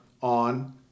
on